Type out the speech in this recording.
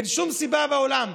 אין שום סיבה בעולם,